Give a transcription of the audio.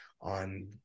on